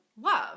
love